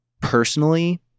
personally